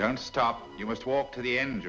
don't stop you must walk to the end